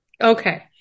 Okay